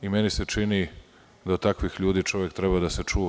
Meni se čini da takvih ljudi čovek treba da se čuva.